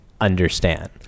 understand